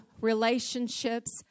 relationships